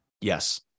yes